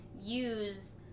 use